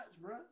bro